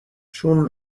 چون